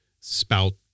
spout